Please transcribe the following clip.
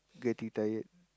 getting tired